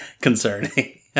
concerning